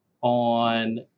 on